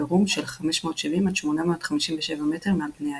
ברום של 570 עד 857 מטר מעל פני הים.